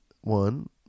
one